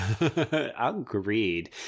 agreed